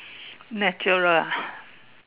natural ah